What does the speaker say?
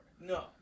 No